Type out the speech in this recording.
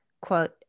quote